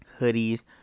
hoodies